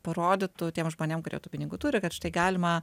parodytų tiems žmonėm kurie tų pinigų turi kad štai galima